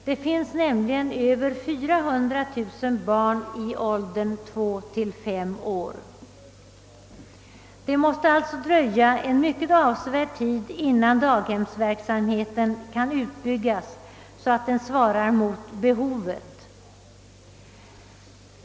Det finns nämligen över 400 000 barn i åldern 2—5 år. Det måste alltså dröja en mycket avsevärd tid innan daghemsverksamheten kan utbyggas så, att den svarar mot behovet.